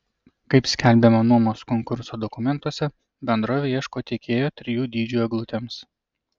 kaip skelbiama nuomos konkurso dokumentuose bendrovė ieško tiekėjo trijų dydžių eglutėms